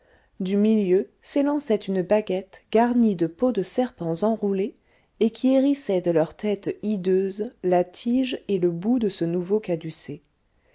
du milieu s'élançait une baguette garnie de peaux de serpents enroulés et qui hérissaient de leurs têtes hideuses la tige et le bout de ce nouveau